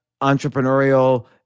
entrepreneurial